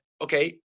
okay